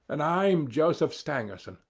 and i'm joseph stangerson,